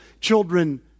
children